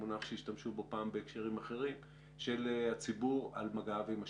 מונח שהשתמשו בו פעם בהקשרים אחרים - של הציבור על מגעיו עם השלטונות.